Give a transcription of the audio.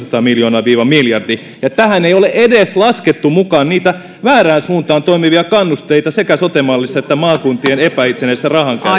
miljoonaa yksi miljardi ja tähän ei ole edes laskettu mukaan niitä väärään suuntaan toimivia kannusteita sekä sote mallissa että maakuntien epäitsenäisessä rahankäytössä